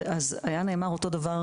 אז היה נאמר אותו דבר,